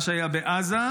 מה שהיה בעזה,